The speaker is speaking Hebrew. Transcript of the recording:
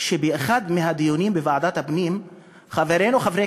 באחד מהדיונים בוועדת הפנים חברינו חברי